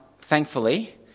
thankfully